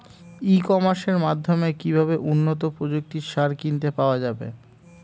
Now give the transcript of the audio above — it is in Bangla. ই কমার্সের মাধ্যমে কিভাবে উন্নত প্রযুক্তির সার কিনতে পাওয়া যাবে?